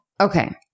Okay